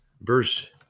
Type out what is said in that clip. Verse